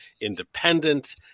independent